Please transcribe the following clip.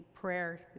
prayer